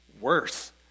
worse